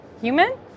human